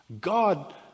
God